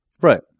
Right